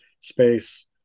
space